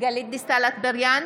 גלית דיסטל אטבריאן,